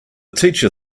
teacher